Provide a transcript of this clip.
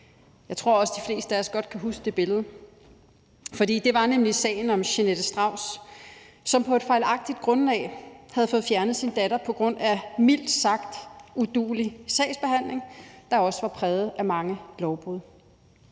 Jeg tror også, de fleste af os godt kan huske det billede. For det var nemlig sagen om Jeanette Strauss, som på et fejlagtigt grundlag havde fået fjernet sin datter på grund af mildt sagt uduelig sagsbehandling, der også var præget af mange lovbrud.